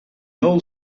all